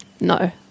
No